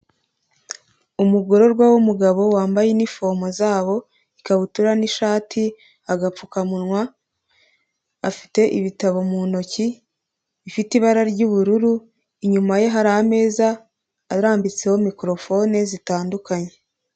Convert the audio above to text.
Umugororwa w'umugabo wambaye iniforomo zabo, ikabutura n'ishati, agapfukamunwa, afite ibitabo mu ntoki bifite ibara ry'ubururu, inyuma ye hari ameza arambitseho mikorofone zitandukanye.